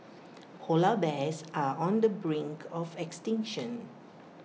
Polar Bears are on the brink of extinction